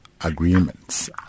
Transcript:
agreements